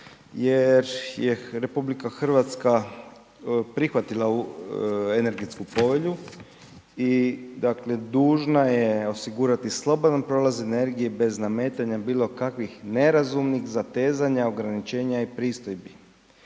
jer je RH prihvatila ovu energetsku povelju i, dakle, dužna je osigurati slobodan prolaz energije bez nametanja bilo kakvih nerazumnih zatezanja, ograničenja i pristojbi.